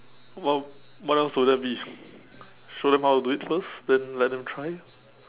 what what else will that be show them how to do it first then let them try